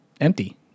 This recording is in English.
empty